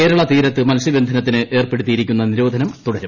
കേരളി തീരത്ത് മൽസ്യബന്ധനത്തിന് ഏർപ്പെടുത്തിയിരിക്കുന്ന നിരോധനം തുടരും